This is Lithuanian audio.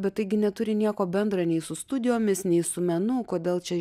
bet taigi neturi nieko bendra nei su studijomis nei su menu kodėl čia